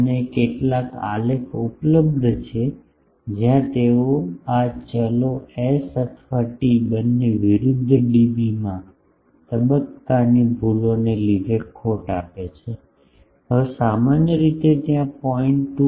અને કેટલાક આલેખ ઉપલબ્ધ છે જ્યાં તેઓ આ ચલો s અથવા ટી બંને વિરુદ્ધ ડીબીમાં તબક્કાની ભૂલોને લીધે ખોટ આપે છે હવે સામાન્ય રીતે ત્યાં 0